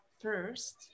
first